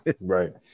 Right